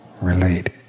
relate